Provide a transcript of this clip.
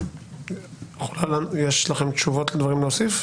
המשטרה, האם יש לכם דברים להוסיף?